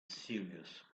serious